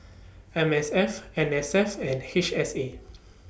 M S F N S F and H S A